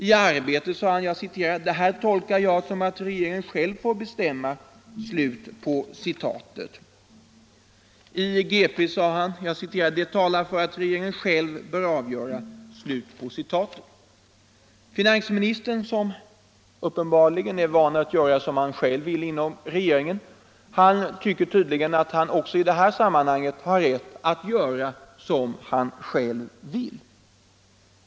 I Arbetet sade han: ”Det här tolkar jag skattesystemet som att regeringen själv får bestämma.” I Göteborgs-Posten sade han: ”Det talar för att regeringen själv bör avgöra.” Finansministern, som uppenbarligen är van att göra som han själv vill inom regeringen, tycker tydligen att han också i detta sammanhang har rätt att göra som han själv vill.